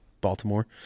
Baltimore